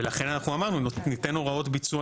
ולכן אנחנו אמרנו שניתן הוראות ביצוע,